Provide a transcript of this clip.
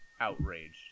outraged